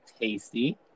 tasty